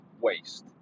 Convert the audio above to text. waste